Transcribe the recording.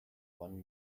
one